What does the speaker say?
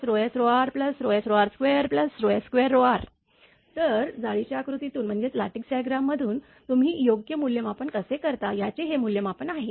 5Tvf1rsrsr2s2r2 तर जाळीच्या आकृतीतून तुम्ही योग्य मूल्यमापन कसे करता याचे हे मूल्यमापन आहे